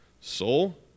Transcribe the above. Soul